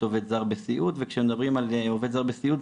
עובד זר בסיעוד וכשמדברים על עובד זר בסיעוד,